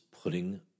putting